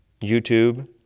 YouTube